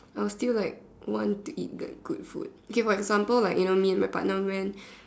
I'll feel like want to eat the good food okay for example like you know me and my partner went